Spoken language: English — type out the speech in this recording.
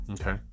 Okay